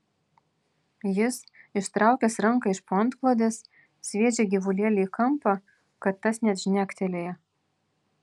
jis ištraukęs ranką iš po antklodės sviedžia gyvulėlį į kampą kad tas net žnektelėja